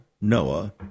Noah